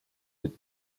with